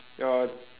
your